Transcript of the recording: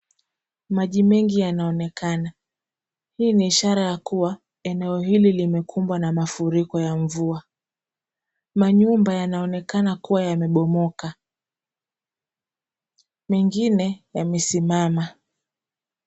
Maji mengi yanaonekana. Hii ni ishara ya kuwa eneo hili limekumbwa na mafuriko ya mvua. Manyumba yanaonekana kuwa yamebomoka, mengine yamesimama.